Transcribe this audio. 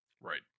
Right